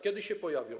Kiedy się pojawią?